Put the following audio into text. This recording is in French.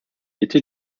était